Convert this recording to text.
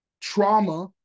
trauma